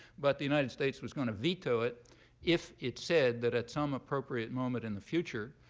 but the united states was going to veto it if it said that at some appropriate moment in the future,